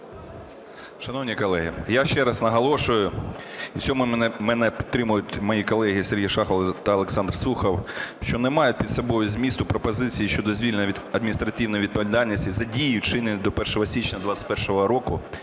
Шановні колеги, я ще раз наголошую, і в цьому мене підтримують мої колеги Сергій Шахов та Олександр Сухов, що не має під собою змісту пропозиція щодо звільнення від адміністративної відповідальності за дії, вчинені до 1 січня 21-го року,